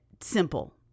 simple